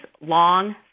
long